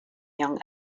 young